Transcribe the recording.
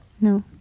No